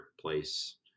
place